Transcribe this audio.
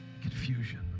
confusion